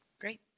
Great